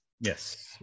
Yes